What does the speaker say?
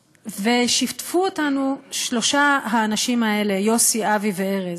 שיתפו אותנו שלושת האנשים האלה, יוסי, אבי וארז.